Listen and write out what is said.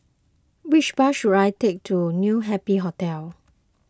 which bus should I take to New Happy Hotel